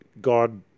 God